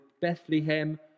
Bethlehem